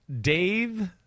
Dave